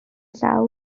llaw